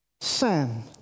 Sam